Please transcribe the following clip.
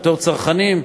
בתור צרכנים,